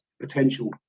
potential